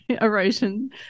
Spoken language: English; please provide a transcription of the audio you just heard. erosion